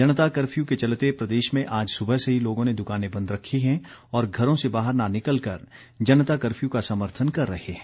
जनता curfew के चलते प्रदेश में आज सुबह से ही लोगों ने दुकानें बंद रखीं हैं और घरों से बाहर न निकलकर जनता कर्फ्यू का समर्थन कर रहे हैं